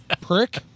Prick